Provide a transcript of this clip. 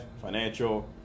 financial